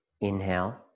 inhale